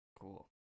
Cool